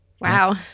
Wow